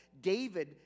david